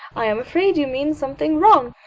i am afraid you mean something wrong.